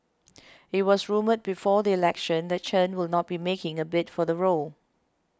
it was rumoured before the election that Chen will not be making a bid for the role